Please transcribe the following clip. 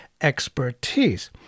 expertise